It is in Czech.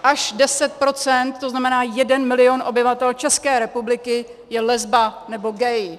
Až 10 %, to znamená, jeden milion obyvatel České republiky je lesba nebo gay!